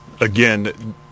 again